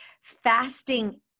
fasting